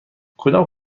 کدام